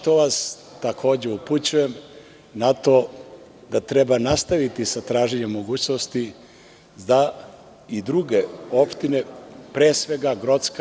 Takođe vas upućujem na to da treba nastaviti sa traženjem mogućnosti za i druge opštine, pre svega za Grocku.